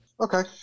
Okay